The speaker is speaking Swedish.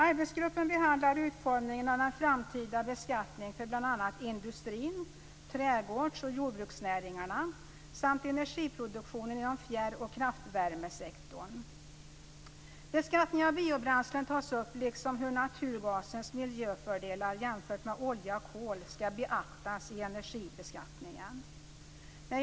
Arbetsgruppen behandlar utformningen av den framtida beskattningen för bl.a. industrin, trädgårdsoch jordbruksnäringarna samt energiproduktionen inom fjärr och kraftvärmesektorn. Beskattningen av biobränslen tas upp liksom hur naturgasens miljöfördelar jämfört med olja och kol skall beaktas i energibeskattningen.